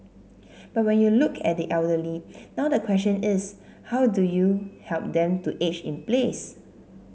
but when you look at the elderly now the question is how do you help them to age in place